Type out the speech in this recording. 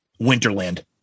winterland